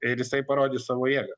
ir jisai parodys savo jėgą